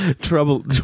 trouble